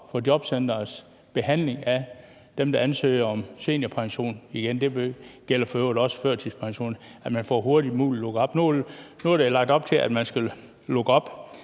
for jobcenterets behandling af dem, der ansøger om seniorpension. Det gælder for øvrigt også førtidspension, nemlig at man hurtigst muligt får lukket op. Nu er der lagt op til, at man skal lukke